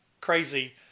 crazy